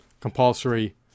compulsory